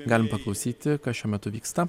galim paklausyti kas šiuo metu vyksta